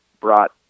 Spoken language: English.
brought